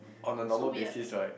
on a normal basis right